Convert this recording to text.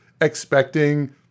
expecting